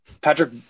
Patrick